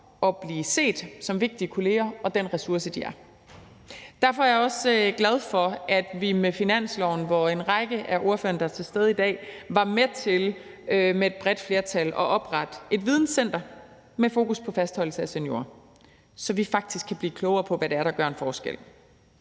at blive set som vigtige kolleger og som den ressource, de er? Derfor er jeg også glad for, at en række af ordførerne, der er til stede i dag, med finansloven var med til med et bredt flertal at oprette et videncenter med fokus på fastholdelse af seniorer, så vi faktisk kan blive klogere på, hvad det er, der gør en forskel.